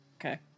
Okay